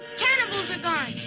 cannibals are gone.